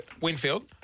Winfield